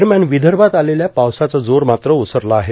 दरम्यान विदर्भात आलेल्या पावसाचा जोर ओसरला आहे